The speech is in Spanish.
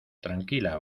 tranquila